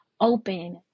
open